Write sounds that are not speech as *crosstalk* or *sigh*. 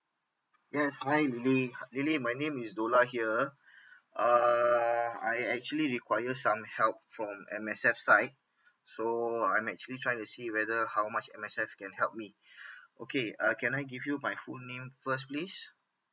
yes hi lily lily my name is dollah here err I actually require some help from M_S_F side so I'm actually trying to see whether how much M_S_F can help me *breath* okay uh can I give you my full name first please